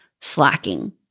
slacking